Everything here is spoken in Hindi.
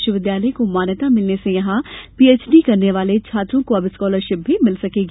विश्वविद्यालय को मान्यता मिलने से यहां पीएचडी करने वाले छात्रों को अब स्कॉलरशिप मिल सकेगी